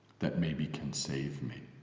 that maybe can save me,